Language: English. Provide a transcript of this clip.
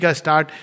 start